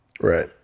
Right